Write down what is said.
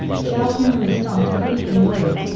zhao qianru stomped her feet in worry,